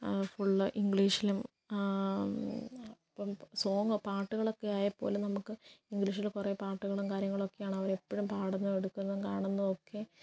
full ഇംഗ്ലീഷിലും song പാട്ടുകളൊക്കെ ആയാൽ പോലും നമുക്ക് ഇംഗ്ലീഷില് കുറെ പാട്ടുകളും കാര്യങ്ങളൊക്കെയാണ് അവരെപ്പോഴും പാടുന്നതും എടുക്കുന്നതും കാണുന്നതൊക്കെ